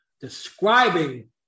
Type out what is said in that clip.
describing